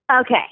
Okay